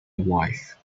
wife